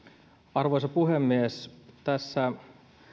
arvoisa puhemies tässä